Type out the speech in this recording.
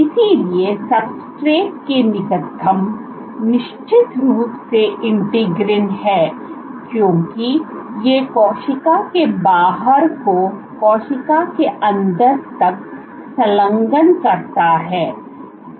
इसलिए सब्सट्रेट के निकटतम निश्चित रूप से इंटीग्रीन है क्योंकि यह कोशिका के बाहर को कोशिका के अंदर तक संलग्न करता है